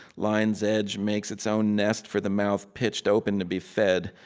line's edge makes its own nest for the mouth pitched open to be fed.